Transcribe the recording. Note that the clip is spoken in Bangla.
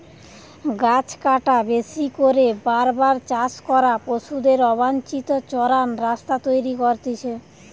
গাছ কাটা, বেশি করে বার বার চাষ করা, পশুদের অবাঞ্চিত চরান রাস্তা তৈরী করতিছে